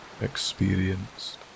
experienced